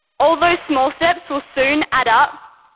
all those small steps will soon add up,